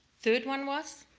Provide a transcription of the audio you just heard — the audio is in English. third one was